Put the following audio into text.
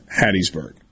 Hattiesburg